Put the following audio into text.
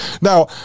Now